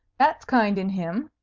that's kind in him,